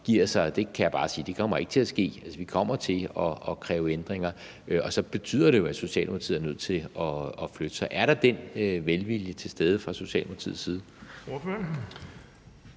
give sig, og det kan jeg bare sige ikke kommer til at ske. Altså, vi kommer til at kræve ændringer. Og så betyder det jo, at Socialdemokratiet er nødt til at flytte sig. Er der den velvilje til stede fra Socialdemokratiets side?